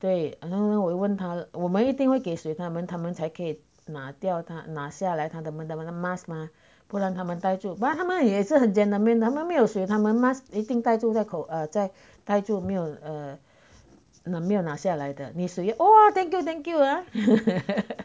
对然后我会问他我们一定会给水他们他们才可以拿掉他拿下来他的他们的 mask 吗不然他们呆住 but 他们也是很 gentlemen 他们没有水他们 mask 一定戴住口 err 戴住没有 err 没有拿下来的你水 oh thank you thank you ah